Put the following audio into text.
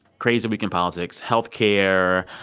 crazy week in politics health care,